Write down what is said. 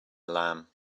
lamb